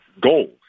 goal